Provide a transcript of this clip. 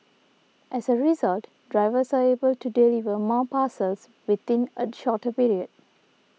as a result drivers are able to deliver more parcels within a shorter period